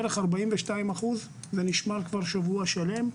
בערך 42% וככה זה נשמר כבר שבוע שלם.